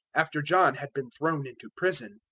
after john had been thrown into prison,